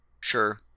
Sure